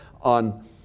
on